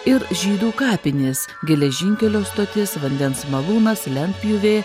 ir žydų kapinės geležinkelio stotis vandens malūnas lentpjūvė